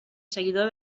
seguidor